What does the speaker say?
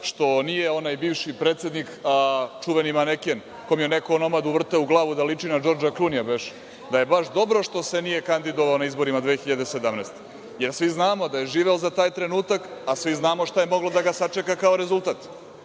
što nije onaj bivši predsednik, čuveni maneken, kom je neko onomad uvrteo u glavu da liči na DŽordža Klunija, beše, da je baš dobro što se nije kandidovao na izborima 2017. godine, jer svi znamo da je živeo za taj trenutak, a svi znamo šta je moglo da ga sačeka kao rezultat